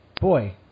Boy